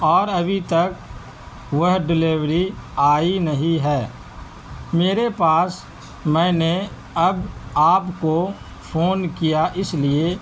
اور ابھی تک وہ ڈیلیوری آئی نہیں ہے میرے پاس میں نے اب آپ کو فون کیا اس لیے